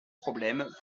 problèmes